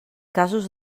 casos